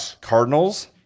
cardinals